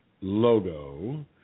logo